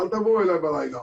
אל תבואו אלי בלילה.